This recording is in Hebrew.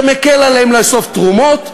זה מקל עליהם לאסוף תרומות,